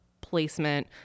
placement